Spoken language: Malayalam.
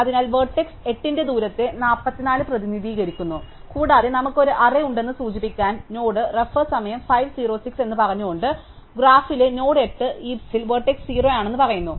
അതിനാൽ വേർട്സ് 8 ന്റെ ദൂരത്തെ 44 പ്രതിനിധീകരിക്കുന്നു കൂടാതെ നമുക്ക് ഒരു അറേ ഉണ്ടെന്ന് സൂചിപ്പിക്കാൻ നോഡ് എന്ന് പറഞ്ഞുകൊണ്ട് ഗ്രാഫിലെ നോഡ് 8 ഹീപ്സിൽ വേർട്സ് 0 ആണെന്ന് പറയുന്നു